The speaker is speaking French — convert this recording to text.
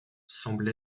semble